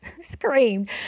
screamed